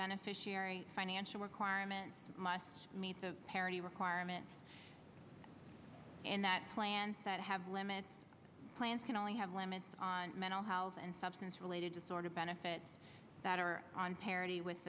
beneficiary financial requirements must meet the parity requirement in that plan that have limits plans can only have limits on mental health and substance related to sort of benefits that are on parity with